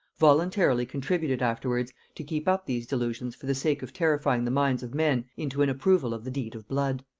voluntarily contributed afterwards to keep up these delusions for the sake of terrifying the minds of men into an approval of the deed of blood.